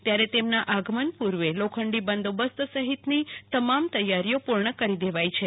ત્યારે તેમના આગમન પુર્વે લોખંડી બંદોબસ્ત સહિતની તમામ તૈયારીઓ પુર્ણ કરી દેવાઈ છે